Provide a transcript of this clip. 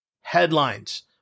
headlines